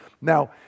Now